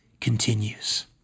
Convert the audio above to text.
continues